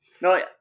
no